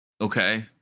Okay